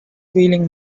feeling